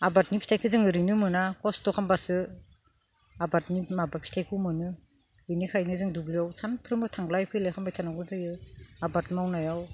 आबादनि फिथाइखो जों ओरैनो मोना खस्थ' खालामबासो आबादनि फिथाइखो मोनो बिनिखायनो जों दुब्लियाव सानफ्रोमबो थांलाय फैलाय खालामबाय थानांगौ जायो आबाद मावनायाव